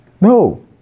No